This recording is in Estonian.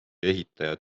ehitaja